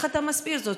איך אתה מסביר זאת?